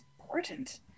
important